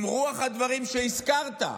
עם רוח הדברים שהזכרת,